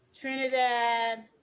Trinidad